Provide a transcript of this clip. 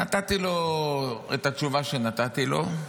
נתתי לו את התשובה שנתתי לו,